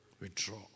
Withdraw